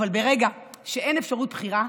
אבל ברגע שאין אפשרות בחירה,